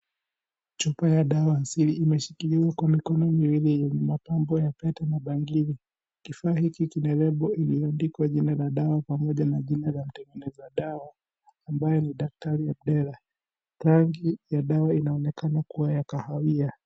Chupa ya dawa ya asili imeshikiliwa kwa mikono miwili yenye mapambo ya pete na bangili. Kifaa hiki kimebebwa Ili kiandikwe jina la dawa pamoja na jina la mtengeneza dawa ambaye ni daktari Abdella . Rangi ya dawa inaonekana kuwa ya kahawia